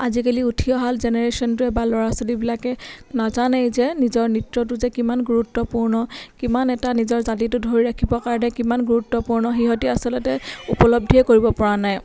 আজিকালি উঠি অহা জেনেৰেশ্যনটোৱে বা ল'ৰা ছোৱালীবিলাকে নাজানেই যে নিজৰ নৃত্যটো যে কিমান গুৰুত্বপূৰ্ণ কিমান এটা নিজৰ জাতিটো ধৰি ৰাখিবৰ কাৰণে কিমান গুৰুত্বপূৰ্ণ সিহঁতে আচলতে উপলব্ধিয়েই কৰিব পৰা নাই